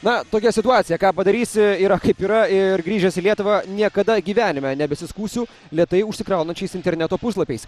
na tokia situacija ką padarysi yra kaip yra ir grįžęs į lietuvą niekada gyvenime nebesiskųsiu lėtai užsikraunančiais interneto puslapiais